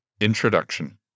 Introduction